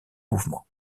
mouvement